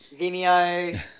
Vimeo